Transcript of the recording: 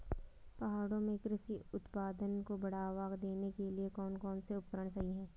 पहाड़ों में कृषि उत्पादन को बढ़ावा देने के लिए कौन कौन से उपकरण सही हैं?